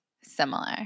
similar